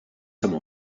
sommes